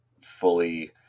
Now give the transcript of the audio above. fully